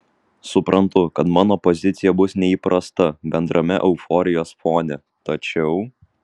suprantu kad mano pozicija bus neįprasta bendrame euforijos fone tačiau